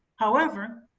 however,